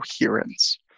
coherence